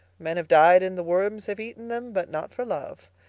men have died and the worms have eaten them but not for love.